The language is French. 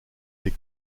des